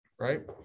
right